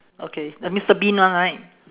okay the mister bean one right